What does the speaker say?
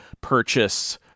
purchase